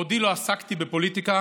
מעודי לא עסקתי בפוליטיקה.